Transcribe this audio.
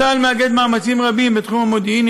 צה"ל מאגד מאמצים רבים בתחום המודיעיני,